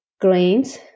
grains